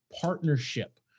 partnership